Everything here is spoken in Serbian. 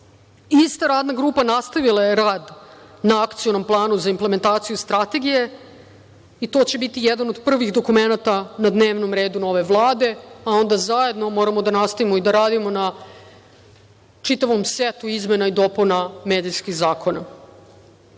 radna grupa nastavila je rad na akcionom planu za implementaciju strategije i to će biti jedan od prvih dokumenata na dnevnom redu nove Vlade, a onda zajedno moramo da nastavimo i da radimo na čitavom setu izmena i dopuna medijskih zakona. Mediji